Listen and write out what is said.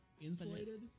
insulated